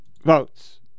votes